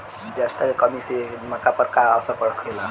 जस्ता के कमी से मक्का पर का असर होखेला?